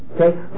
Okay